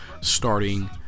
starting